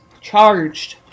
charged